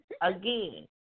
again